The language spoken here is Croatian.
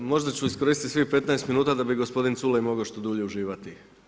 Možda ću iskoristiti svih 15 minuta da bi gospodin Culej mogao što dulje uživati.